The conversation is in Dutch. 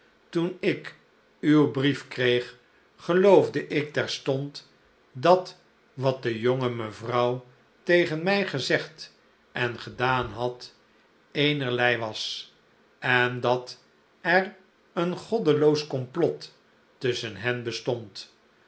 toen ik uw brief kreeg geloofde ik terstond dat wat de jonge mevrouw tegen mij gezegd en gedaan had eenerlei was en dat er een goddeloos komplot tusschen hen bestond